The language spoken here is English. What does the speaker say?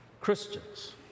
Christians